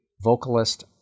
vocalist